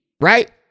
right